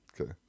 Okay